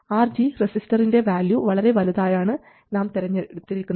RG റെസിസ്റ്ററിൻറെ value വളരെ വലുതായാണ് നാം തെരഞ്ഞെടുത്തിരിക്കുന്നത്